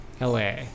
LA